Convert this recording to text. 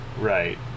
Right